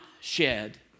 shed